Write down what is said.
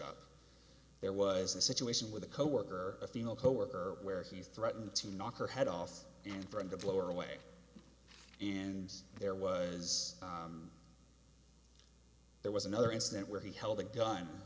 up there was the situation with a coworker a female coworker where he threatened to knock her head off in front of lower away and there was there was another incident where he held a gun